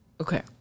Okay